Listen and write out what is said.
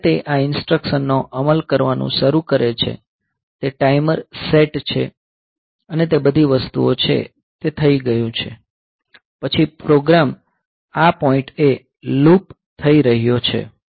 જ્યારે તે આ ઈન્સ્ટ્રકશનનો અમલ કરવાનું શરૂ કરે છે તે ટાઈમર સેટ છે અને તે બધી વસ્તુઓ છે તે થઈ ગયું છે પછી પ્રોગ્રામ આ પોઈન્ટએ લૂપ થઈ રહ્યો છે